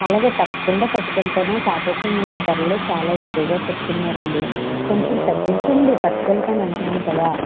అలాగే తప్పకుండా పట్టుకెల్తాను కాకపోతే మీరు ధరలు చాలా ఎక్కువగా చెప్తున్నారండి కొంచెం తగ్గించండి పట్టుకెల్తానంట్నాను కదా